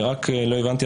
רק לא הבנתי,